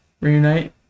Reunite